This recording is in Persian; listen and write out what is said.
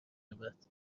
رود